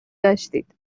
داشتید